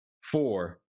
Four